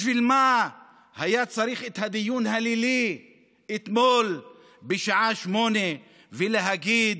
בשביל מה היה צריך את הדיון הלילי אתמול בשעה 20:00 ולהגיד